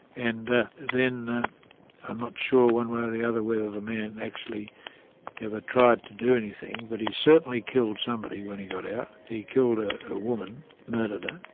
and then i'm not sure one way or the other whether the man actually ever tried to do anything, but he certainly killed somebody when he got out. he killed ah a woman, murdered her,